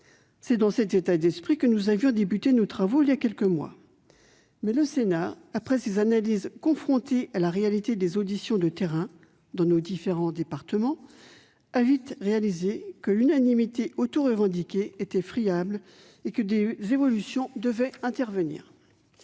C'est dans cet état d'esprit que nous avions entamé nos travaux voilà quelques mois. Mais le Sénat, après avoir confronté ses analyses à la réalité des auditions de terrain menées dans nos différents départements, a vite compris que l'unanimité autorevendiquée était friable et que des évolutions devaient intervenir.